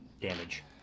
damage